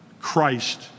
Christ